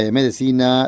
medicina